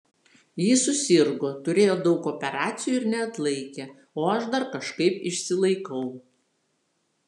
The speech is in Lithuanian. ji susirgo turėjo daug operacijų ir neatlaikė o aš dar kažkaip išsilaikau